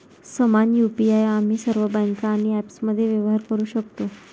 समान यु.पी.आई आम्ही सर्व बँका आणि ॲप्समध्ये व्यवहार करू शकतो